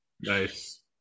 Nice